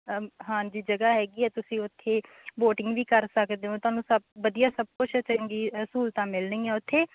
ਹਾਂਜੀ ਜਗ੍ਹਾ ਹੈਗੀ ਹੈ ਤੁਸੀਂ ਉੱਥੇ ਵੋਟਿੰਗ ਵੀ ਕਰ ਸਕਦੇ ਹੋ ਤੁਹਾਨੂੰ ਸ ਵਧੀਆ ਸਭ ਕੁਝ ਚੰਗੀ ਸਹੂਲਤਾਂ ਮਿਲਣਗੀਆਂ ਉੱਥੇ